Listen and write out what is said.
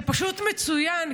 זה פשוט מצוין,